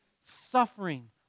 suffering